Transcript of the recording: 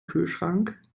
kühlschrank